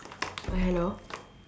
hello